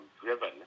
driven